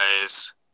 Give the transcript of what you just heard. guys